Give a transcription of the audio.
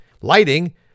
lighting